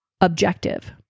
objective